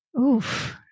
Oof